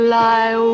lie